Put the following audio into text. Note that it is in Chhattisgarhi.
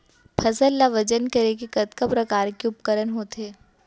फसल ला वजन करे के कतका प्रकार के उपकरण होथे?